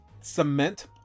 cement